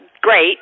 Great